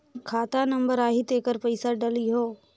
खाता नंबर आही तेकर पइसा डलहीओ?